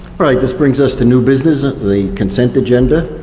right, this brings us to new business. the consent agenda.